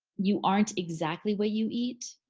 you aren't exactly what you eat,